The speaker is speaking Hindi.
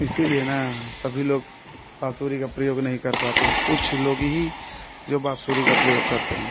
इसीलिए ना सभी लोग बाँसुरी का प्रयोग नहीं कर पाते हैं कुछ लोग ही जो बाँसुरी का प्रयोग करते हैं